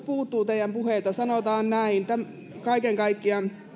puuttuu uskottavuus sanotaan näin kaiken kaikkiaan